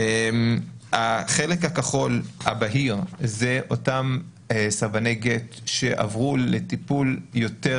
החלק הכחול הבהיר אלה אותם סרבני גט נגד שעברו לטיפול יותר